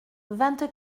vingt